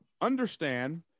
understand